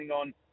on